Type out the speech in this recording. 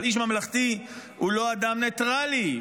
אבל איש ממלכתי הוא לא אדם ניטרלי,